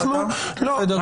אנחנו לא,